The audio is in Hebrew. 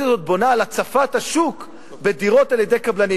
הזאת בונה על הצפת השוק בדירות על-ידי קבלנים,